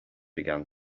began